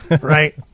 Right